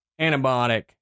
antibiotic